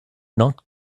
not